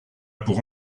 pour